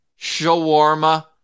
Shawarma